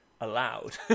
allowed